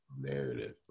Narrative